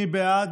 מי בעד?